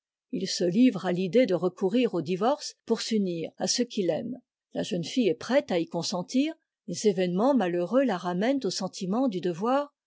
il se livre à l'idée de recourir au divorce pour s'unir à ce qu'il aime la jeune fille est prête à y consentir des événements malheureux la ramènent au sentiment du devoir